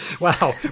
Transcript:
Wow